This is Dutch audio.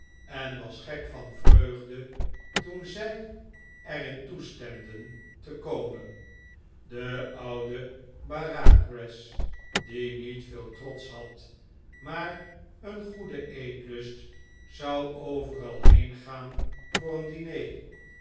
en was gek van vreugde toen zij er in toestemden te komen de oude bareacres die niet veel trots had maar een goeden eetlust zou overal heen gaan voor een diner